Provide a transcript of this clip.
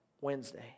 Wednesday